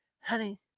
Honey